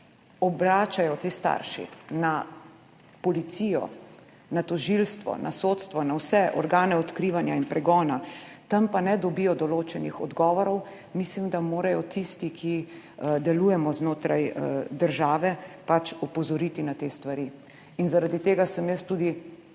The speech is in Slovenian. obračajo na policijo, na tožilstvo, na sodstvo, na vse organe odkrivanja in pregona, tam pa ne dobijo določenih odgovorov, mislim, da moramo tisti, ki delujemo znotraj države, pač opozoriti na te stvari. Zaradi tega sem tudi